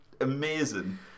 amazing